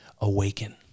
awaken